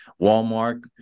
Walmart